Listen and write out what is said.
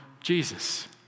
Jesus